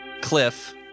Cliff